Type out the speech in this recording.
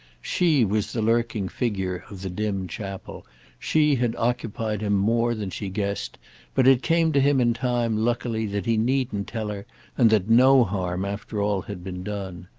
she was the lurking figure of the dim chapel she had occupied him more than she guessed but it came to him in time, luckily, that he needn't tell her and that no harm after all, had been done.